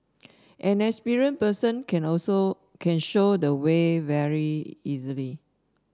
an experienced person can also can show the way very easily